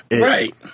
Right